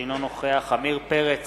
אינו נוכח עמיר פרץ,